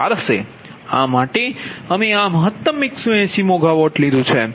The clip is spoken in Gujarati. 4 હશે આ માટે અમે આ મહત્તમ 180 મેગાવોટ લીધુ છે